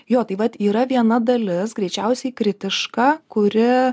jo tai vat yra viena dalis greičiausiai kritiška kuri